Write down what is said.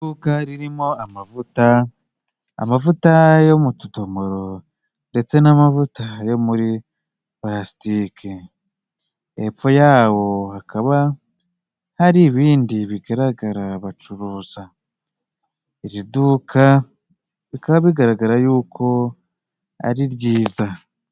Iduka ririmo amavuta, amavuta yo mu tudomoro ndetse n'amavuta yo muri parasitike hepfo yawo hakaba hari ibindi bigaragara bacuruza iri duka bikaba bigaragara yuko ari jyiza.